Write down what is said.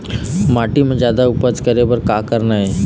माटी म जादा उपज करे बर का करना ये?